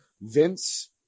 Vince